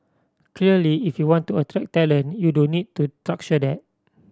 clearly if you want to attract talent you do need to structure that